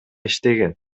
иштеген